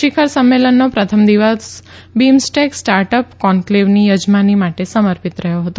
શિખર સંમેલનનો પ્રથમ દિવસ બિમ્સટેક સ્ટાર્ટઅપ કોન્કલેવના યજમાની માટે સમર્પિત રહ્યો હતો